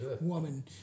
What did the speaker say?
woman